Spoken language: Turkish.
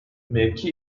mevki